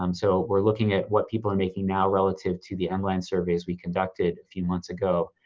um so we're looking at what people are making now relative to the online surveys we conducted a few months ago.